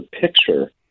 picture